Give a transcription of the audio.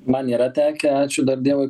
man yra tekę ačiū dar dievui